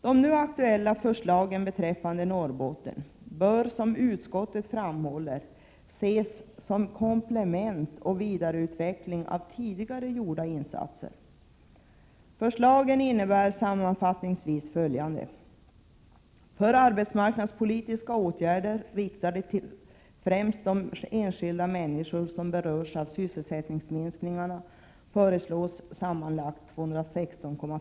De nu aktuella förslagen beträffande Norrbotten bör — som utskottet framhåller — ses som komplement och vidareutveckling av tidigare gjorda insatser. Förslagen innebär i sammanfattning följande.